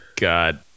God